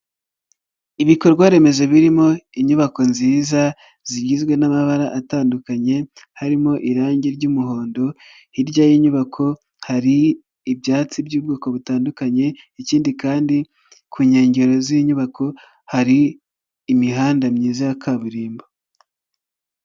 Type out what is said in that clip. Ibikorwa remezo birimo inyubako nziza zigizwe n'amabara atandukanye harimo irange ry'umuhondo, hirya y'inyubako hari ibyatsi by'ubwoko butandukanye, ikindi kandi ku nkengero z'inyubako hari imihanda myiza ya kaburimbo.